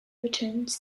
retains